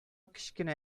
кечкенә